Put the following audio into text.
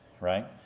Right